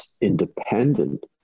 independent